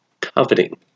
coveting